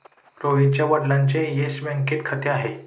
रोहितच्या वडिलांचे येस बँकेत खाते आहे